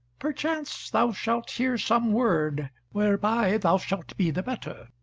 perchance thou shalt hear some word, whereby thou shalt be the better.